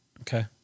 Okay